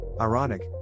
Ironic